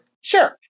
sure